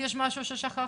מנהלת הוועדה,